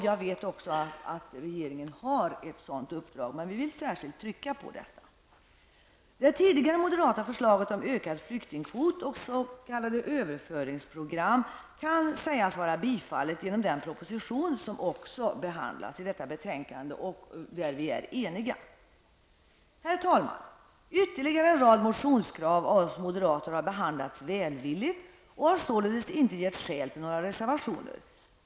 Jag vet att regeringen har ett sådant uppdrag. Det tidigare moderata förslaget om ökad flyktingkvot och s.k. överföringsprogram kan sägas vara bifallet genom den proposition som också behandlats i detta betänkande. På den punkten är vi eniga. Herr talman! Ytterligare en rad motionskrav framförda av oss moderater har behandlats välvilligt och har således inte gett skäl till några reservationer.